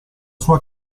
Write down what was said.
sua